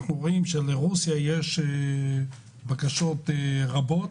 אנחנו רואים שלרוסיה יש בקשות רבות,